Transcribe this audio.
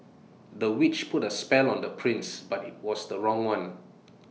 the witch put A spell on the prince but IT was the wrong one